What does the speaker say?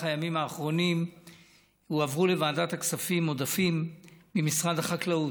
הימים האחרונים הועברו לוועדת הכספים עודפים ממשרד החקלאות.